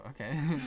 okay